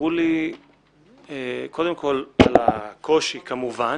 וסיפרו לי קודם כול על הקושי כמובן,